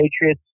Patriots